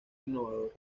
innovador